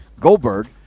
Goldberg